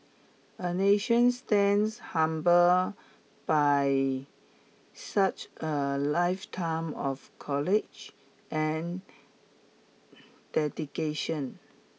a nation stands humbled by such a lifetime of courage and dedication